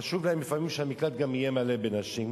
חשוב להם לפעמים שהמקלט גם יהיה מלא בנשים,